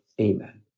Amen